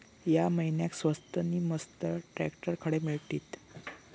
या महिन्याक स्वस्त नी मस्त ट्रॅक्टर खडे मिळतीत?